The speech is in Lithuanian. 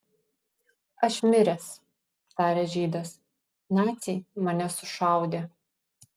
aš miręs tarė žydas naciai mane sušaudė